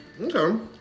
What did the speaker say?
Okay